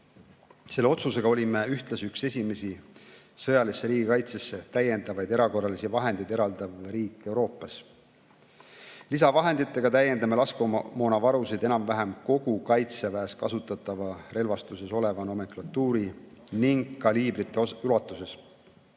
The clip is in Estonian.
Selle otsusega olime ühtlasi üks esimesi sõjalisse riigikaitsesse täiendavaid erakorralisi vahendeid eraldanud riike Euroopas. Lisavahenditega täiendame laskemoonavarusid enam-vähem kogu kaitseväes kasutatava relvastuses oleva nomenklatuuri ning kaliibrite ulatuses.